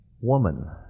woman